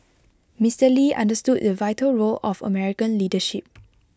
Mister lee understood the vital role of American leadership